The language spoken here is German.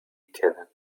kennen